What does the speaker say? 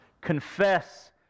Confess